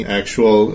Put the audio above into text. actual